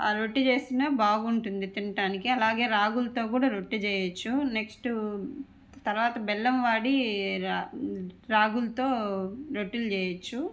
రొట్టె చేసినా బాగుంటుంది తింటానికి అలాగే రాగులతో కూడా రొట్టె చేయచ్చు నెక్స్ట్ తర్వాత బెల్లం వాడి రాగులతో రొట్టెలు చెయ్యచ్చు